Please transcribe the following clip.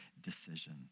decision